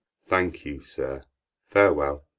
thank you, sir farewell.